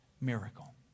miracle